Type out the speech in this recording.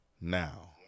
now